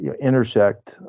intersect